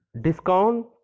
Discount